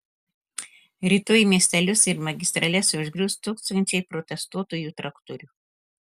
rytoj miestelius ir magistrales užgrius tūkstančiai protestuotojų traktorių